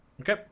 Okay